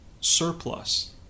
surplus